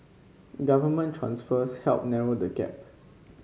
government transfers helped narrow the gap